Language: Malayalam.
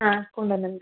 ആ കൊണ്ടു വന്നിട്ടുണ്ട്